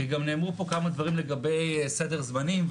כי גם נאמרו פה כמה דברים לגבי סדר זמנים,